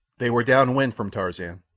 they were down wind from tarzan,